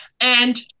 and-